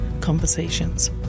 conversations